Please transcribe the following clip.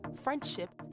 friendship